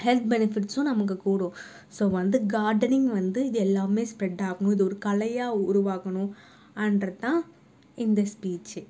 health பெனிஃபிட்ஸும் நமக்கு கூடும் ஸோ வந்து கார்டனிங் வந்து இது எல்லாமே ஸ்ப்ரெட் ஆகணும் இது ஒரு கலையாக உருவாகணும் அன்றத்தான் இந்த ஸ்பீச்